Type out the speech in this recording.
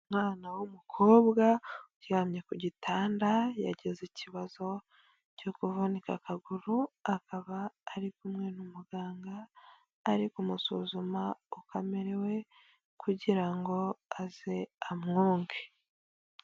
Umwana w'umukobwa uryamye ku gitanda yagize ikibazo cyo kuvunika akaguru, akaba ari kumwe n'umuganga ari kumusuzuma uko amerewe kugira ngo aze amwunge.